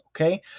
okay